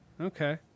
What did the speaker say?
Okay